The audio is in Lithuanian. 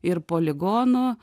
ir poligonu